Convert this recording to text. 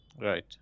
right